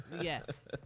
Yes